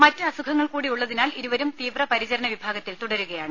മറ്റ് അസുഖങ്ങൾ കൂടി ഉള്ളതിനാൽ ഇരുവരും തീവ്ര പരിചരണ വിഭാഗത്തിൽ തുടരുകയാണ്